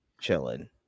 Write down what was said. chilling